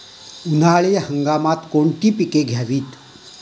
उन्हाळी हंगामात कोणती पिके घ्यावीत?